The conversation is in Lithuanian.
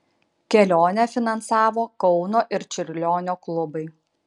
kelionę finansavo kauno ir čiurlionio klubai